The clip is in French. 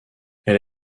elle